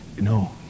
No